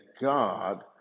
God